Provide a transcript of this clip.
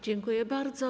Dziękuję bardzo.